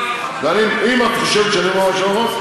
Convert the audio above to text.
אם את חושבת שאני אומר משהו לא נכון,